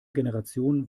generation